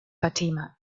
fatima